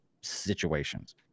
situations